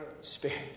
spirit